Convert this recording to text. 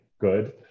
Good